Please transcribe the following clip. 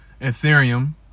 Ethereum